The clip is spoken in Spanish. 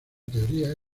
teoría